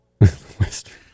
Western